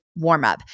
warmup